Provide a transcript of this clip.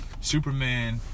Superman